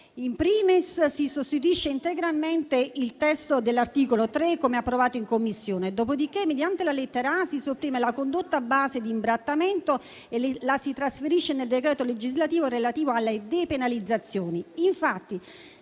*In primis*, si sostituisce integralmente il testo dell'articolo 3 come approvato in Commissione; dopodiché, mediante la lettera *a)* si sopprime la condotta base di imbrattamento e la si trasferisce nel decreto legislativo relativo alle depenalizzazioni.